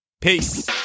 Peace